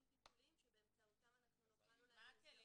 טיפוליים שבאמצעותם אנחנו נוכל --- מה הכלים?